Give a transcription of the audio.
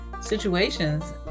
situations